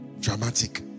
dramatic